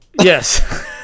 yes